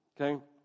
Okay